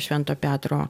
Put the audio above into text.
švento petro